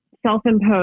self-imposed